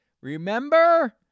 Remember